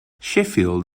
sheffield